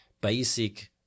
basic